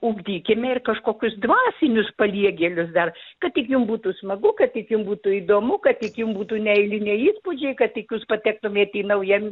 ugdykime ir kažkokius dvasinius paliegėlius dar kad tik jum būtų smagu kad jum būtų įdomu kad tik jum būtų neeiliniai įspūdžiai kad tik jūs patektumėt į naują